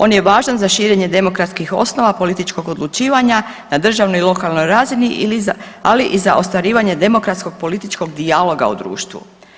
On je važan za širenje demokratskih osnova političkog odlučivanja na državnoj i lokalnoj razini, ali i za ostvarivanje demokratskog političkog dijaloga u društvu.